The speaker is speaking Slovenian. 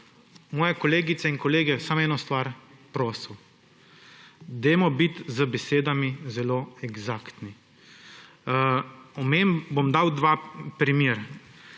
moje kolegice in kolegi, samo eno stvar prosil; bodimo z besedami zelo eksaktni. Bom dal dva primera.